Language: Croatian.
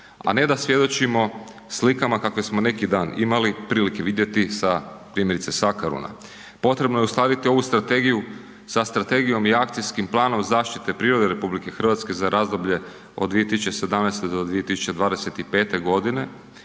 a ne da svjedočimo slikama kakve smo neki dan imali prilike vidjeti sa primjerice Sakaruna. Potrebno je uspostaviti ovu strategiju sa strategijom i akcijskim planom zaštite prirode RH za razdoblje od 2017.-2025.g.,